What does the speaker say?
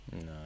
No